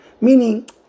Meaning